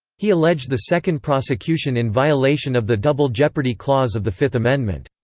he alleged the second prosecution in violation of the double jeopardy clause of the fifth amendment.